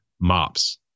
mops